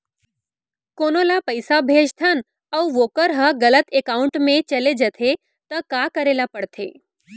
कोनो ला पइसा भेजथन अऊ वोकर ह गलत एकाउंट में चले जथे त का करे ला पड़थे?